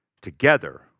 together